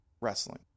wrestling